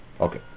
Okay